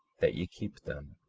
that ye keep them,